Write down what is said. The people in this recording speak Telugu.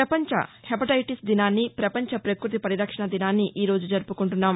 ప్రపంచ హెపటైటీస్ దినాన్ని పపంచ పకృతి పరిరక్షణ దినాన్ని ఈరోజు జరుపుకుంటున్నాం